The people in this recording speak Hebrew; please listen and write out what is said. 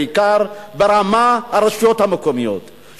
בעיקר ברמה של הרשויות המקומיות,